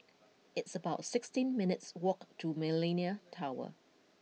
it's about sixteen minutes' walk to Millenia Tower